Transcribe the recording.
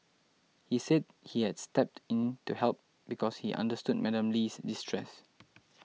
he said he has stepped in to help because he understood Madam Lee's distress